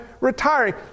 retiring